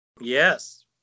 yes